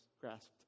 grasped